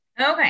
Okay